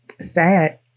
sad